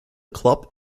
club